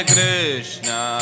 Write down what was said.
Krishna